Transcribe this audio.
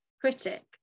critic